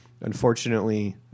unfortunately